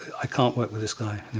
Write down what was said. i can't work with this guy and